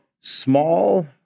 small